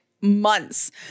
months